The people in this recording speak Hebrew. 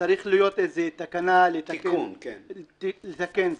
צריך לתקן את זה".